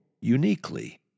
uniquely